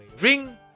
Ring